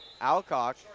Alcock